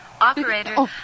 operator